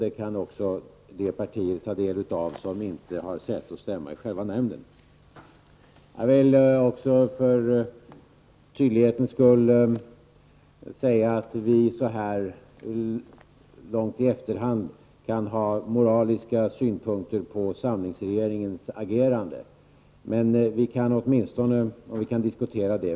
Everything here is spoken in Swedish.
Detta uttalande kan också de partier ta del av som inte har säte och stämma i själva nämnden. För tydlighetens skull vill jag säga att vi naturligtvis så här långt i efterhand kan ha moraliska synpunkter på och diskutera samlingsregeringens agerande.